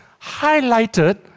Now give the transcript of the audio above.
highlighted